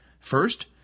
First